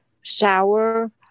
shower